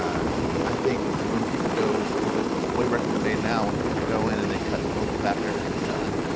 i i think when people go when the way records are made now and people go in, and they cut the vocals after everything's done,